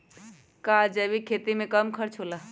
का जैविक खेती में कम खर्च होला?